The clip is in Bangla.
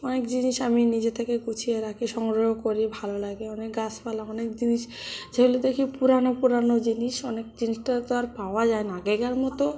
অনেক জিনিস আমি নিজের থেকে গুছিয়ে রাখি সংগ্রহ করি ভালো লাগে অনেক গাছপালা অনেক জিনিস যেগুলো দেখি পুরানো পুরানো জিনিস অনেক জিনিসটা তো আর পাওয়া যায় না আগেকার মতো